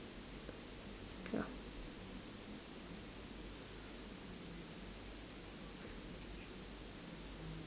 ya